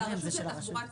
זאת הרשות לתחבורה ציבורית,